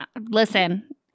Listen